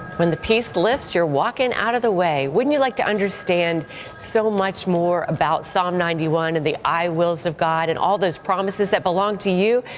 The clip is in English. when the peace lifts, you're walking out of the way. wouldn't you like to understand so much more about psalm ninety one and the i wills of god and all those promises that belong to you?